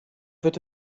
wird